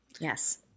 Yes